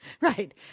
Right